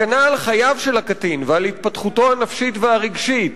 הגנה על חייו של קטין ועל התפתחותו הנפשית והרגשית